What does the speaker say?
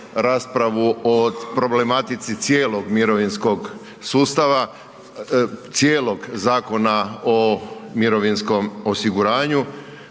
o problematici cijelo mirovinskog sustava, cijelog Zakona o mirovinskom osiguranju